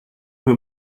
who